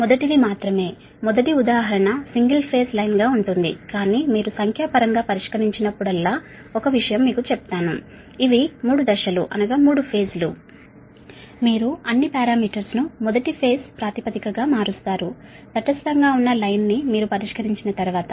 మొదటిది మాత్రమే మొదటి ఉదాహరణ సింగిల్ ఫేజ్ లైన్ గా ఉంటుంది కానీ మీరు సంఖ్యాపరంగా పరిష్కరించినప్పుడల్లా ఒక విషయం మీకు చెప్తాను ఇవి మూడు దశలుఅనగా 3 ఫేజ్ లు మీరు అన్ని పారామీటర్స్ ను మొదట ఫేజ్ ప్రాతిపదికగా మారుస్తారు తటస్థంగా ఉన్న లైన్ ని మీరు పరిష్కరించిన తర్వాత